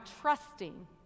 trusting